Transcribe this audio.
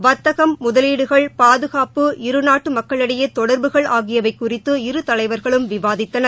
வர்த்தகம் முதலீடுகள் பாதுகாப்பு இருநாட்டு மக்களிடையே தொடர்புகள் ஆகியவை குறித்து இரு தலைவர்களும் விவாதித்தனர்